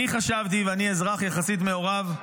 אני חשבתי, ואני אזרח יחסית מעורב,